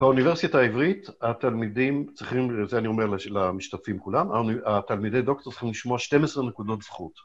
באוניברסיטה העברית התלמידים צריכים, זה אני אומר למשתתפים כולם, התלמידי דוקטור צריכים לשמוע 12 נקודות זכות.